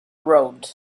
road